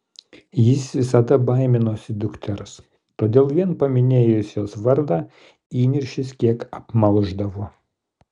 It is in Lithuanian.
jis visada baiminosi dukters todėl vien paminėjus jos vardą įniršis kiek apmalšdavo